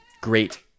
great